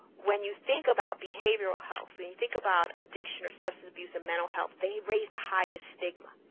when you think about behavioral health and you think about addiction or substance abuse and mental health, they raise the highest stigma,